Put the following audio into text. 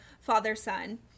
father-son